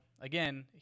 again